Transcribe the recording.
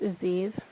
disease